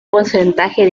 porcentaje